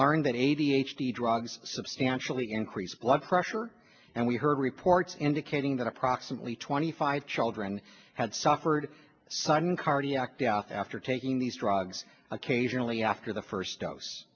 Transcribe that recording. learned that a d h d drugs substantially increased blood pressure and we heard reports indicating that approximately twenty five children had suffered sudden cardiac death after taking these drugs occasionally after the first dose